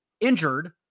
injured